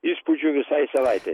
įspūdžių visai savaitei